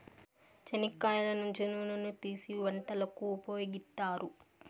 చెనిక్కాయల నుంచి నూనెను తీసీ వంటలకు ఉపయోగిత్తారు